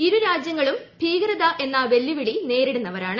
ഇരു രാജൃങ്ങളും ഭീകരത എന്ന വെല്ലുവിളി നേരിടുന്നവരാണ്